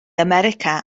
america